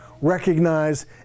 recognize